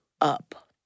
up